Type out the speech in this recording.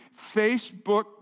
Facebook